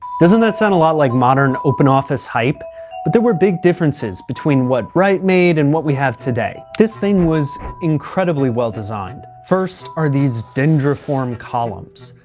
doesn't that sound a lot like modern open office hype? but there were big differences between what wright made and what we have today. this thing was incredibly well designed. first are these dendriform columns.